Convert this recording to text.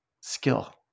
skill